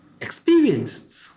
experienced